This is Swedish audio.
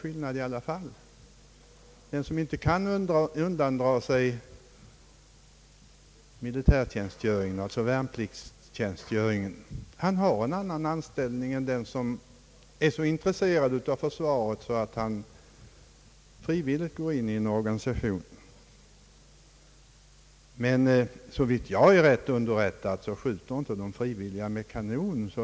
Den som inte kan undandra sig värnpliktstjänstgöring har en annan anställningsform än den som är så intresserad av försvaret att han frivilligt går in i en försvarsorganisation. Såvitt jag är rätt underrättad skjuter inte de frivilliga med kanon.